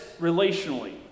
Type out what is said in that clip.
relationally